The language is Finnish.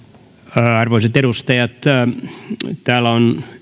arvoisat edustajat täällä on